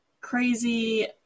crazy